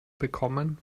bekommen